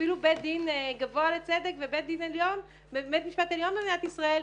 אפילו בית דין גבוה לצדק ובית משפט העליון במדינת ישראל,